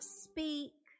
speak